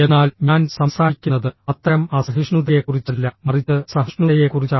എന്നാൽ ഞാൻ സംസാരിക്കുന്നത് അത്തരം അസഹിഷ്ണുതയെക്കുറിച്ചല്ല മറിച്ച് സഹിഷ്ണുതയെക്കുറിച്ചാണ്